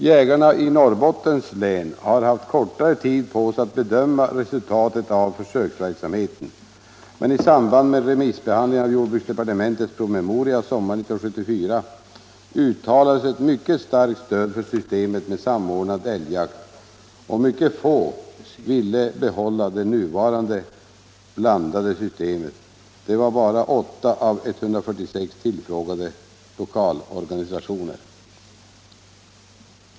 Jägarna i Norrbottens län har haft kortare tid på sig att bedöma resultatet av försöksverksamheten, men i samband med remissbehandlingen av jordbruksdepartementets promemoria sommaren 1974 uttalades ett mycket starkt stöd för systemet med samordnad älgjakt, och mycket få ville bibehålla det nuvarande blandade systemet, bara 8 av 146 tillfrågade lokalorganisationer.